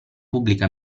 pubblica